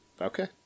okay